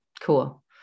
Cool